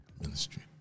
Ministry